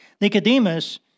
Nicodemus